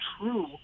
true